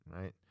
right